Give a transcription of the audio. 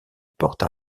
porte